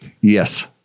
yes